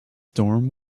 storm